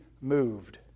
moved